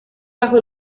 bajo